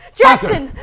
jackson